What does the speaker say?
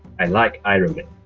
i like iron man.